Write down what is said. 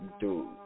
dude